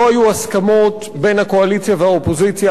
לא היו הסכמות בין הקואליציה והאופוזיציה